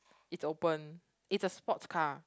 it's open it's a sports car